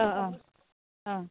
অঁ অঁ অঁ